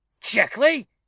Checkley